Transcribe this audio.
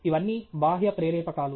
ఇవన్నీ బాహ్య ప్రేరేపకాలు